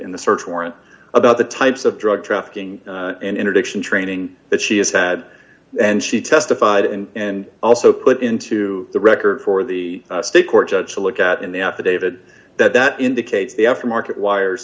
in the search warrant about the types of drug trafficking and interdiction training that she has had and she testified and also put into the record for the state court judge to look at in the affidavit that indicates the aftermarket wires